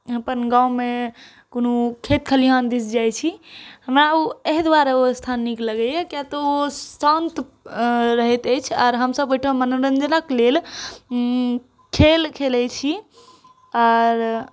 अपन गाँवमे कोनो खेत खलिहान दिस जाइ छी हमरा ओ एहि दुआरे ओ स्थान नीक लगैया किए तऽ ओ शान्त रहैत अछि आर हमसब ओहिठाम मनोरञ्जनक लेल खेल खेलै छी आर